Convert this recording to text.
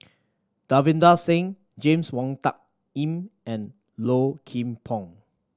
Davinder Singh James Wong Tuck Yim and Low Kim Pong